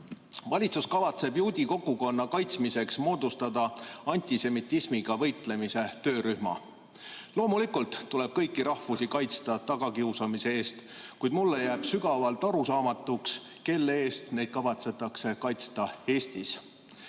Valitsus kavatseb juudi kogukonna kaitsmiseks moodustada antisemitismiga võitlemise töörühma. Loomulikult tuleb kõiki rahvusi kaitsta tagakiusamise eest, kuid mulle jääb sügavalt arusaamatuks, kelle eest neid kavatsetakse kaitsta Eestis.